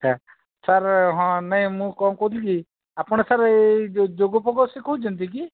sir sir ହଁ ନାଇଁ ମୁଁ କ'ଣ କହୁଥିଲି କି ଆପଣ ସାର୍ ଏଇ ଯୋଗ ଫୋଗ ଶିଖଉଛନ୍ତି କି